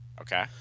Okay